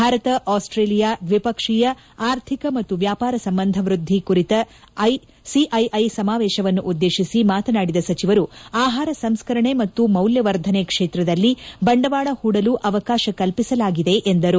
Bharat Australia ದ್ವಿಪಕ್ಷೀಯ ಆರ್ಥಿಕ ಮತ್ತು ವ್ಲಾಪಾರ ಸಂಬಂಧ ವ್ಯದ್ದಿ ಕುರಿತ ಸಿಐಐ ಸಮಾವೇಶವನ್ನು ಉದ್ಗೇಶಿಸಿ ಮಾತನಾಡಿದ ಸಚಿವರು ಆಹಾರ ಸಂಸ್ಕರಣೆ ಮತ್ತು ಮೌಲ್ಕವರ್ಧನೆ ಕ್ಷೇತ್ರದಲ್ಲಿ ಬಂಡವಾಳ ಹೂಡಲು ಅವಕಾಶ ಕಲ್ಪಿಸಲಾಗಿದೆ ಎಂದರು